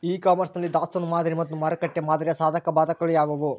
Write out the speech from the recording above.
E commerce ನಲ್ಲಿ ದಾಸ್ತನು ಮಾದರಿ ಮತ್ತು ಮಾರುಕಟ್ಟೆ ಮಾದರಿಯ ಸಾಧಕಬಾಧಕಗಳು ಯಾವುವು?